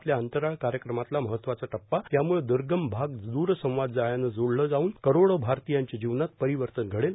आपल्या अंतराळ कार्यक्रमातला महत्वाचा टप्पा यामुळे द्र्गम भाग दूरसंवाद जाळ्याने जोडले जाऊन करोडो भारतीयांच्या जीवनात परिवर्तन घडेल